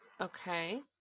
okay